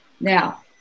Now